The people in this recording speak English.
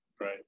right